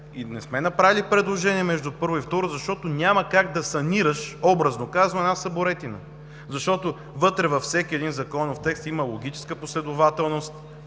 не сме направили предложение между първо и второ, защото образно казано няма как да санираш една съборетина, защото вътре във всеки един законов текст има логическа последователност